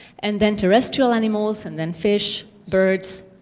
and then terrestrial animals, and then fish, birds,